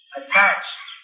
attached